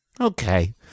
Okay